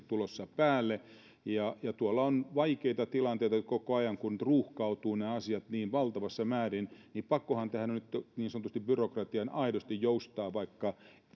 tulossa päälle ja tuolla on vaikeita tilanteita koko ajan kun ruuhkautuvat ne asiat niin valtavassa määrin ja pakkohan tässä on niin sanotusti byrokratian aidosti joustaa vaikka